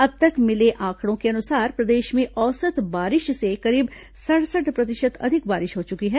अब तक मिले आंकड़ों के अनुसार प्रदेश में औसत बारिश से करीब सड़सठ प्रतिशत अधिक बारिश हो चुकी है